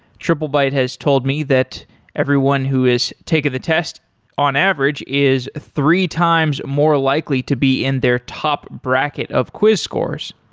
triplebyte has told me that everyone who has taken the test on average is three times more likely to be in their top bracket of quiz course.